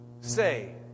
say